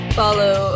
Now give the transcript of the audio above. follow